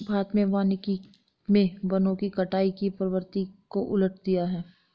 भारत में वानिकी मे वनों की कटाई की प्रवृत्ति को उलट दिया है